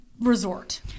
resort